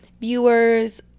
viewers